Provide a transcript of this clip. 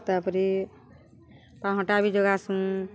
ତା'ପରେ ପାତଲ୍ଘଟା ବି ଜଗାସୁଁ